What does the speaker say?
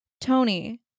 Tony